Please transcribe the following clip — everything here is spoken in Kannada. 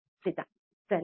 ಸಿದ್ಧ ಸರಿ